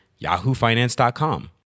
yahoofinance.com